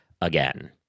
again